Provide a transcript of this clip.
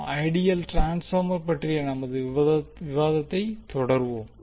நாம் ideal transformer பற்றிய நமது விவாதத்தை தொடர்வோம்